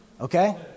Okay